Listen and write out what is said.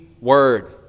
word